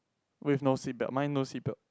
with no seat belt mine no seat belt